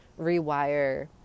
rewire